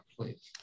please